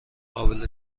قابل